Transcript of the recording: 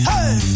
Hey